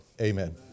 Amen